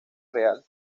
real